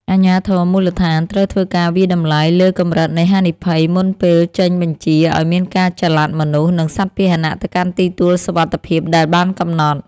អាជ្ញាធរមូលដ្ឋានត្រូវធ្វើការវាយតម្លៃលើកម្រិតនៃហានិភ័យមុនពេលចេញបញ្ជាឱ្យមានការចល័តមនុស្ស និងសត្វពាហនៈទៅកាន់ទីទួលសុវត្ថិភាពដែលបានកំណត់។